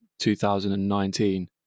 2019